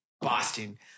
Boston